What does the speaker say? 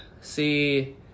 see